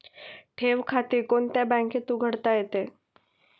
ठेव खाते कोणत्या बँकेत उघडता येते?